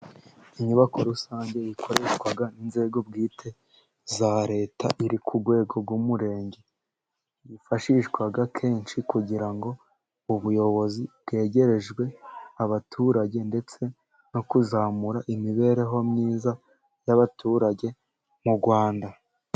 Inyubako rusange ikoreshwa n'inzego bwite za Leta iri ku rwego rw'umurenge, yifashishwa kenshi kugira ngo ubuyobozi bwegerejwe abaturage, ndetse no kuzamura imibereho myiza y'abaturage mu Rwanda.